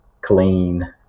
clean